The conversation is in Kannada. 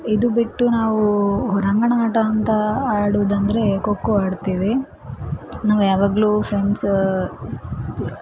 ಇದು ಬಿಟ್ಟು ನಾವು ಹೊರಾಂಗಣ ಆಟ ಅಂತ ಆಡುವುದಂದ್ರೆ ಖೊ ಖೊ ಆಡ್ತೇವೆ ನಾವು ಯಾವಾಗಲೂ ಫ್ರೆಂಡ್ಸ